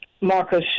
Marcus